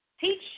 teach